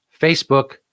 facebook